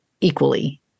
equally